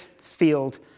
field